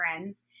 friends